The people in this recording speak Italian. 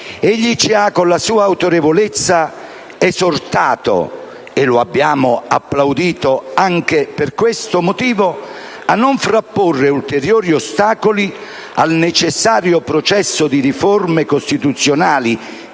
Egli ci ha, con la sua autorevolezza, esortato - e lo abbiamo applaudito anche per questo motivo - a non frapporre ulteriori ostacoli al necessario processo di riforme costituzionali